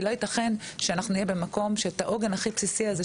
כי לא יתכן שאנחנו נהיה במקום שאת העוגן הכי בסיסי הזה,